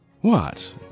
What